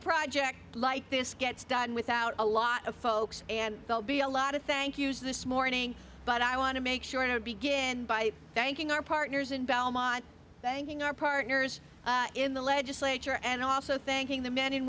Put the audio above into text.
project like this gets done without a lot of folks and they'll be a lot of thank yous this morning but i want to make sure to begin by thanking our partners in belmont thanking our partners in the legislature and also thanking the men and